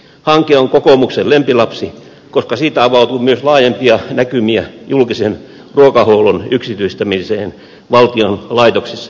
hanke on kokoomuksen lempilapsi koska siitä avautuu myös laajempia näkymiä julkisen ruokahuollon yksityistämiseen valtion laitoksissa ja kunnissa